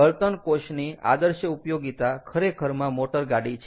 બળતણ કોષની આદર્શ ઉપયોગિતા ખરેખરમાં મોટરગાડી છે